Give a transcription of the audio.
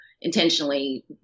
intentionally